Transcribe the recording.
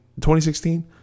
2016